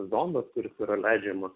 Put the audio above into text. zondas kuris yra leidžiamas